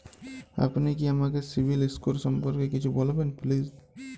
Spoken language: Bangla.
আপনি কি আমাকে সিবিল স্কোর সম্পর্কে কিছু বলবেন প্লিজ?